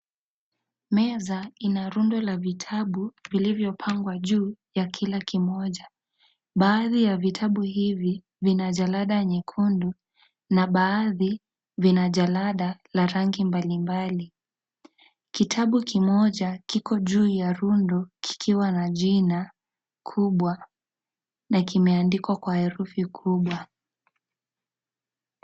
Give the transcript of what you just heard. Meza ina rundo la vitabu, vilivyo pangwa juu, ya kila kimoja, baadhi ya vitabu hivi, vina jarada nyekundu, na baadhi, vina jarada, la rangi mbali mbali, kitabu kimoja, kiko juu ya rundo, kikiwa na jina, kubwa, na kimeandikwa kwa herufi kubwa.